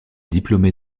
diplômé